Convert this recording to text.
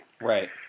Right